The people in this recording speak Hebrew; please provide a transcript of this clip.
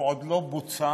הוא עוד לא בוצע,